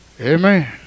Amen